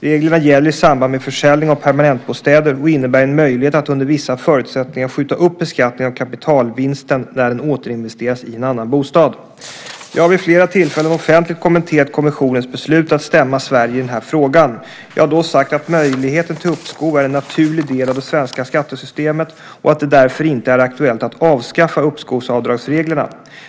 Reglerna gäller i samband med försäljning av permanentbostäder och innebär en möjlighet att under vissa förutsättningar skjuta upp beskattningen av kapitalvinsten när den återinvesteras i en annan bostad. Jag har vid flera tillfällen offentligt kommenterat kommissionens beslut att stämma Sverige i den här frågan. Jag har då sagt att möjligheten till uppskov är en naturlig del av det svenska skattesystemet och att det därför inte är aktuellt att avskaffa uppskovsavdragsreglerna.